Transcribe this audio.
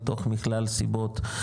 מתוך מכלל סיבות,